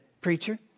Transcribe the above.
preacher